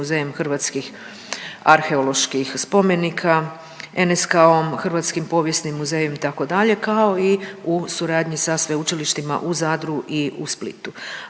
Muzejem arheoloških spomenika, NSK-om, Hrvatskim povijesnim muzejem itd. kao i u suradnji sa sveučilištima u Zadru i u Splitu.